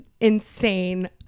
insane